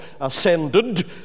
ascended